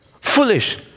Foolish